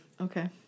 Okay